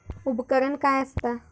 उपकरण काय असता?